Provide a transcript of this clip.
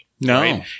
No